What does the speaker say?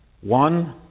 one